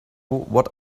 what